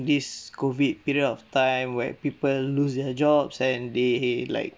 this COVID period of time where people lose their jobs and they like